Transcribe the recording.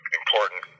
important